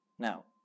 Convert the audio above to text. Now